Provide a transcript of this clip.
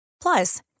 Plus